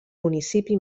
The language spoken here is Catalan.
municipi